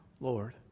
Lord